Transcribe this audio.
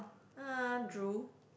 uh drool